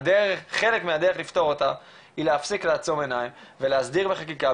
חלק מהדרך לפתור אותה היא להפסיק לעצום עיניים ולהסדיר בחקיקה,